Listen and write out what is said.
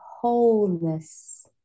wholeness